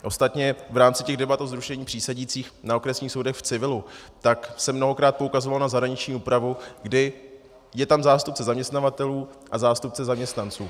Ostatně v rámci debat o zrušení přísedících na okresních soudech v civilu se mnohokrát poukazovalo na zahraniční úpravu, kdy je tam zástupce zaměstnavatelů a zástupce zaměstnanců.